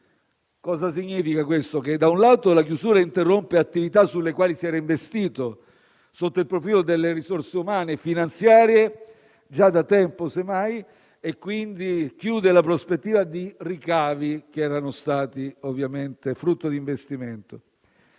Questo significa che, da un lato, la chiusura interrompe attività sulle quali si era investito sotto il profilo delle risorse umane e finanziarie già da tempo, quindi chiude la prospettiva di ricavi che erano stati ovviamente frutto di investimento;